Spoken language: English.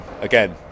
again